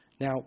Now